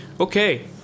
Okay